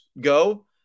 go